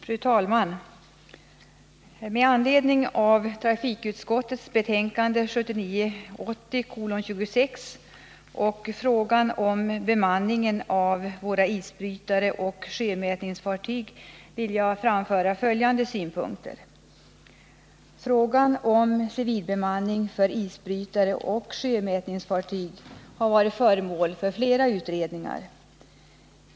Fru talman! Med anledning av trafikutskottets betänkande 1979/80:26, där frågan om bemanningen av våra isbrytare och sjömätningsfartyg behandlas, vill jag framföra följande synpunkter. Frågan om civilbemanning för isbrytare och sjömätningsfartyg har varit föremål för flera utredningar.